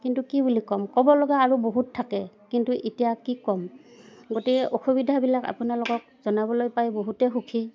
কিন্তু কি বুলি কম ক'ব লগা আৰু বহুত থাকে কিন্তু এতিয়া কি ক'ম গতিকেইে অসুবিধাবিলাক আপোনালোকক জনাবলৈ পাই বহুতে সুখী